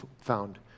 found